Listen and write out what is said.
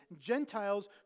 Gentiles